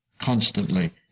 constantly